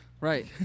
Right